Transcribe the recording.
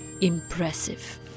impressive